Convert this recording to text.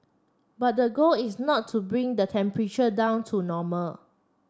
but the goal is not to bring the temperature down to normal